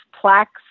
plaques